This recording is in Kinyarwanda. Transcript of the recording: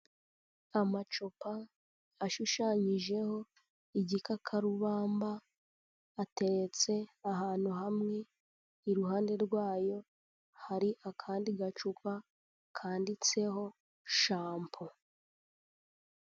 Amacupa ashushanyijeho igikakarubamba, ateretse ahantu hamwe, iruhande rwayo hari akandi gacupa kanditseho shampo.